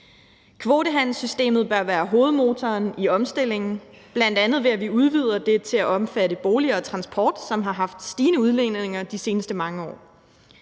Kvotehandelssystemet bør være hovedmotoren i omstillingen, bl.a. ved at vi udvider det til at omfatte boliger og transport, som har haft stigende udledninger de seneste mange år,